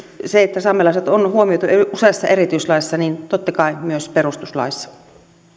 saamelaiset on huomioitu useassa erityislaissa totta kai myös perustuslaissa